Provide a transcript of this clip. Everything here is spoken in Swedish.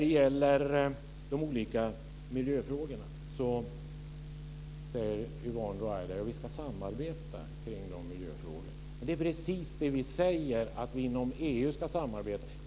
Vad beträffar de olika miljöfrågorna säger Yvonne Ruwaida att man bör bedriva ett samarbete. Det är precis det som också vi säger. Man ska samarbeta inom EU.